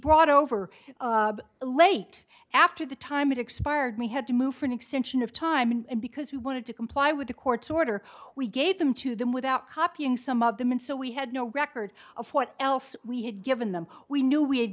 brought over a late after the time it expired we had to move for an extension of time and because we wanted to comply with the court's order we gave them to them without copying some of them and so we had no record of what else we had given them we knew we had